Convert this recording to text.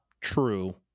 true